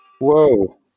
Whoa